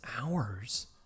hours